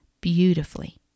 beautifully